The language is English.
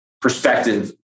perspective